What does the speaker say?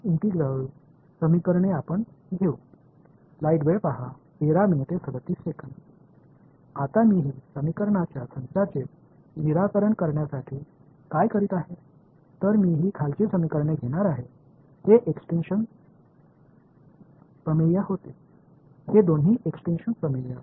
எனவே நான் என்ன செய்வேன் என்றாள் இந்த சமன்பாடுகளின் தொகுப்பை தீர்க்க வேண்டும் இவை ஈக்ஸ்டிங்க்ஷன் கோட்பாடுகளாக இருந்த இந்த கீழ் சமன்பாடுகளை நான் எடுக்கப் போகிறேன் இவை இரண்டும் ஈக்ஸ்டிங்க்ஷன் கோட்பாடுகள் மற்றும் மேலே இருப்பவை ஹ்யூஜென்ஸ் கோட்பாடுகள்